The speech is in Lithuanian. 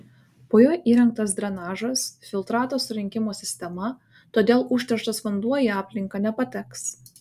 po juo įrengtas drenažas filtrato surinkimo sistema todėl užterštas vanduo į aplinką nepateks